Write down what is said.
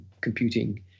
computing